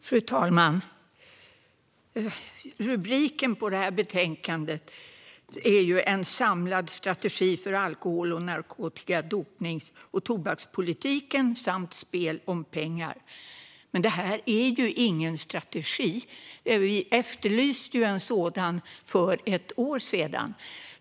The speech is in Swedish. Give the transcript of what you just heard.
Fru talman! Rubriken på detta betänkande är ju En samlad strategi för alkohol , narkotika , dopnings och tobakspolitiken samt spel om pengar . Men detta är ingen strategi. Vi efterlyste en sådan för ett år sedan.